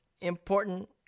important